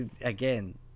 Again